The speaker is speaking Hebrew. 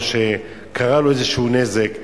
או שקרה לו איזשהו נזק.